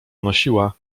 nosiła